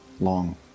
long